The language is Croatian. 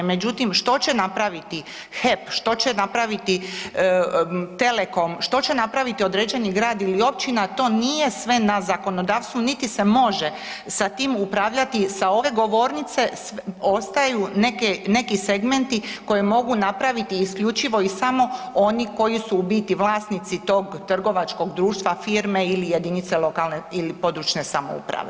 Međutim, što će napraviti HEP, što će napraviti Telecom, što će napraviti određeni grad ili općina to nije sve na zakonodavstvu niti se može sa tim upravljati sa ove govornice ostaju neki segmenti koje mogu napraviti isključivo i samo oni koji su u biti vlasnici tog trgovačkog društva, firme ili jedinice lokalne ili područne samo uprave.